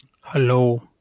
Hello